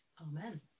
Amen